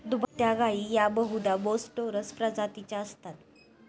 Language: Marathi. दुभत्या गायी या बहुधा बोस टोरस प्रजातीच्या असतात